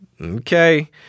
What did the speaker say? okay